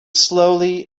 slowly